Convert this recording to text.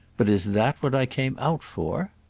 but is that what i came out for?